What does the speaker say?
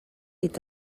est